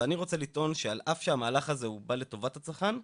אבל אני רוצה לטעון שעל אף שהמהלך הזה הוא בא לטובת הצרכן,